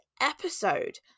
episode